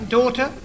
daughter